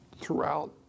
throughout